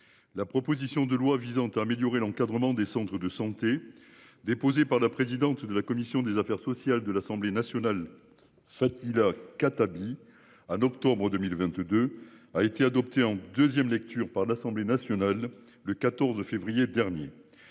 La proposition de loi visant à améliorer l'encadrement des centres de santé. Déposée par la présidente de la commission des affaires sociales de l'Assemblée nationale. Fatila cata dit ah d'octobre 2022 a été adopté en 2ème lecture par l'Assemblée nationale le 14 février dernier.